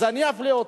אז אני אפלה אותו.